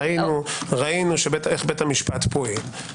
ראינו איך בית המשפט פועל,